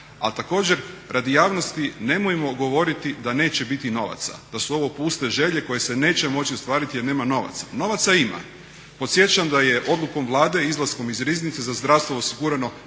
A također radi javnosti nemojmo govoriti da neće biti novaca, da su ovo puste želje koje se neće moći ostvariti jer nema novaca. Novaca ima. Podsjećam da je odlukom Vlade izlaskom iz Riznice za zdravstvo osigurano 2